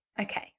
Okay